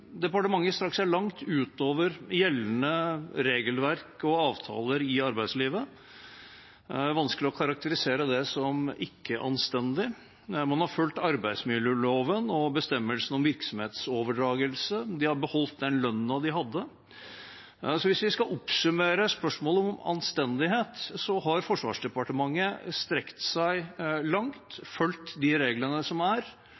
Departementet strakk seg langt utover gjeldende regelverk og avtaler i arbeidslivet. Det er vanskelig å karakterisere det som ikke anstendig. Man har fulgt arbeidsmiljøloven og bestemmelsene om virksomhetsoverdragelse. De har beholdt den lønnen de hadde. Hvis vi skal oppsummere spørsmålet om anstendighet, har Forsvarsdepartementet strukket seg langt, fulgt de reglene som er.